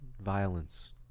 violence